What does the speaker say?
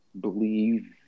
believe